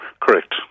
Correct